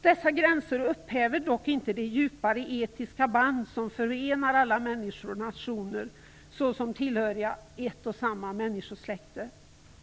Dessa gränser upphäver dock inte det djupa etiska band som förenar människor och nationer såsom tillhöriga ett och samma människosläkte.